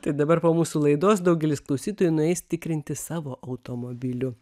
tai dabar po mūsų laidos daugelis klausytojų nueis tikrinti savo automobilių